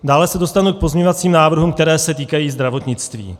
Dále se dostanu k pozměňovacím návrhům, které se týkají zdravotnictví.